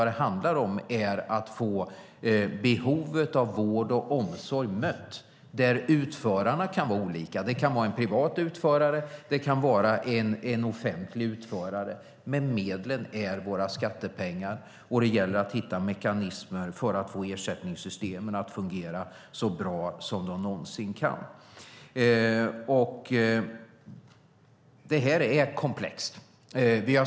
Det handlar om att få behovet av vård och omsorg mött men där utförarna kan vara olika. Det kan vara en privat utförare, och det kan vara en offentlig utförare. Men medlen är våra skattepengar, och det gäller att hitta mekanismer för att få ersättningssystemen att fungera så bra som de någonsin kan. Frågan är komplex.